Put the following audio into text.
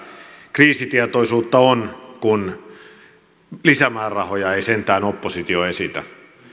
kriisitietoisuutta on kun sentään lisämäärärahoja ei oppositio esitä